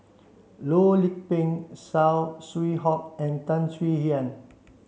Loh Lik Peng Saw Swee Hock and Tan Swie Hian